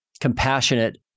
compassionate